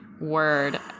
word